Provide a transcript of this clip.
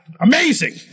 amazing